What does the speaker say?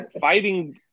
Fighting